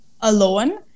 alone